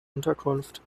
unterkunft